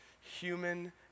human